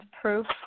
Proof